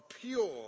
pure